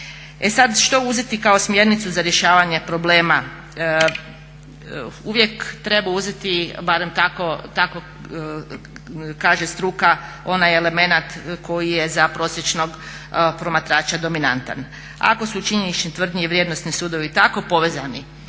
što uzeti kao smjernicu za rješavanje problema? Uvijek treba uzeti barem tako kaže struka onaj elemenat koji je za prosječnog promatrača dominantan. Ako su činjenične tvrdnje i vrijednosni sudovi tako povezani